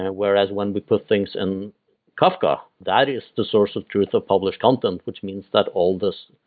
ah whereas when we put things in kafka, that is the source of truth of published content, which means that all these,